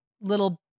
little